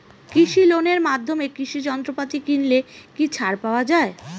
কৃষি লোনের মাধ্যমে কৃষি যন্ত্রপাতি কিনলে কি ছাড় পাওয়া যায়?